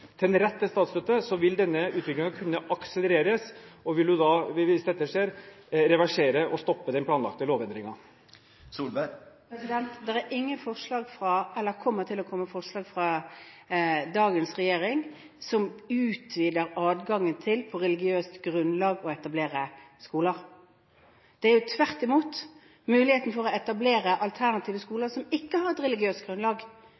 en rett til statsstøtte, kan denne utviklingen akselerere, og vil hun da, hvis dette skjer, reversere og stoppe den planlagte lovendringen? Det kommer ikke til å komme forslag fra dagens regjering som utvider adgangen til på religiøst grunnlag å etablere skoler. Det er jo tvert imot muligheten for å etablere alternative